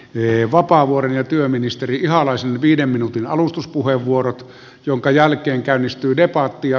hyi vapaavuori ja työministeriön alaisen viiden minuutin alustuspuheenvuoro jonka jälkeen käynnistyy diapaattia